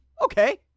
Okay